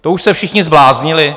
To už se všichni zbláznili?